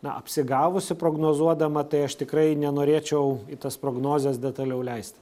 na apsigavusi prognozuodama tai aš tikrai nenorėčiau į tas prognozes detaliau leisti